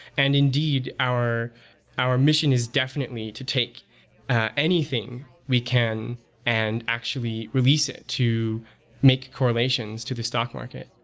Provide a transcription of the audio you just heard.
and indeed, our our mission is definitely to take anything we can and actually release it to make correlations to the stock market.